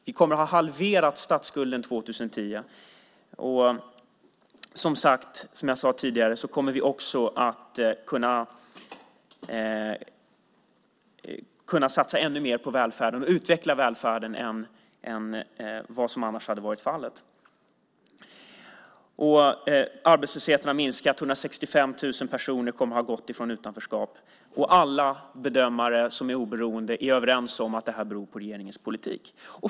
Vi kommer att ha halverat statsskulden 2010 och som jag sade tidigare kommer vi också att kunna satsa ännu mer på att utveckla välfärden än vad som annars hade varit fallet. Arbetslösheten har minskat. 165 000 personer kommer att ha lämnat utanförskapet. Alla oberoende bedömare är överens om att detta beror på regeringens politik.